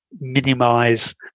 minimize